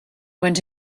went